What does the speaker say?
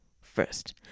first